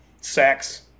sex